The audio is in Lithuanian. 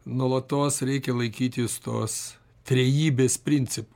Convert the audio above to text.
nuolatos reikia laikytis tos trejybės principų